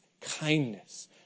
kindness